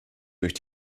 durch